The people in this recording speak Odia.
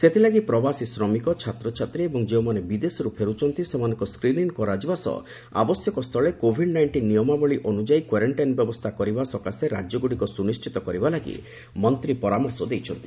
ସେଥିଲାଗି ପ୍ରବାସୀ ଶ୍ରମିକ ଛାତ୍ରଛାତ୍ରୀ ଏବଂ ଯେଉଁମାନେ ବିଦେଶରୁ ଫେରୁଛନ୍ତି ସେମାନଙ୍କ ସ୍କ୍ରିନିଂ କରାଯିବା ସହ ଆବଶ୍ୟକସ୍ଥଳେ କୋଭିଡ୍ ନାଇଣ୍ଟିନ୍ ନିୟମାବଳୀ ଅନୁଯାୟୀ କ୍ୱାରେକ୍ଷାଇନ୍ ବ୍ୟବସ୍ଥା କରିବା ସକାଶେ ରାଜ୍ୟଗୁଡ଼ିକ ସୁନିଶ୍ଚିତ କରିବା ଲାଗି ମନ୍ତ୍ରୀ ପରାମର୍ଶ ଦେଇଛନ୍ତି